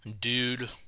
Dude